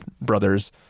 brothers